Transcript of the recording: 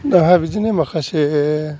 आंहा बिदिनो माखासे